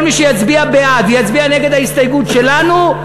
כל מי שיצביע בעד ויצביע נגד ההסתייגות שלנו,